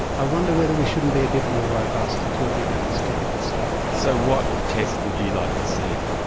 i wonder whether we shouldn't be a bit more robust at talking about this difficult stuff. so what test would you like to see?